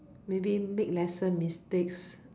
maybe make lesser mistakes